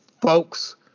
folks